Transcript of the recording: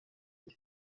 iki